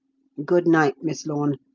good night, miss lorne.